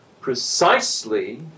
precisely